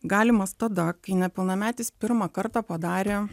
galimas tada kai nepilnametis pirmą kartą padarė